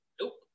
Nope